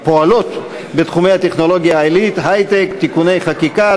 הפועלות בתחומי הטכנולוגיה העילית (היי-טק) (תיקוני חקיקה),